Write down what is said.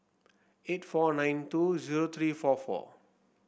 eight four nine two zero three four four